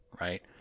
right